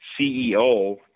ceo